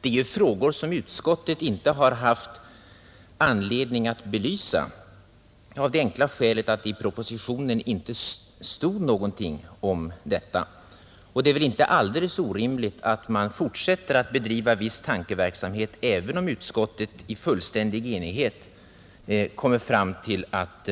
Det är ju frågor som utskottet inte har haft anledning att belysa av det enkla skälet att det i propositionen inte stod någonting om detta. Det är ju inte orimligt att man fortsätter att bedriva viss tankeverksamhet, även om utskottet i fullständig enighet kommer fram till att